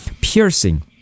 piercing